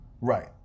Right